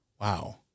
Wow